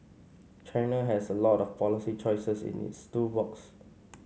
China has a lot of policy choices in its tool box